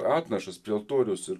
atnašas prie altoriaus ir